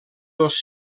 dos